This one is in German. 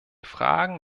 fragen